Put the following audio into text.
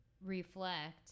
reflect